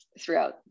throughout